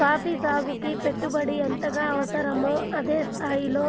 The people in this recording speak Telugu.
కాఫీ సాగుకి పెట్టుబడి ఎంతగా అవసరమో అదే స్థాయిలో